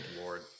Lord